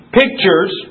pictures